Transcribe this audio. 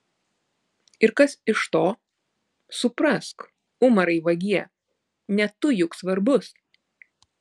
ir kas iš to suprask umarai vagie ne tu juk svarbus